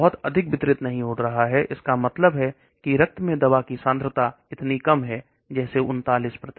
यह बहुत अधिक वितरित नहीं हो रहा है इसका मतलब है कि रक्त में दवा की सांद्रता इतनी कम है जैसे 39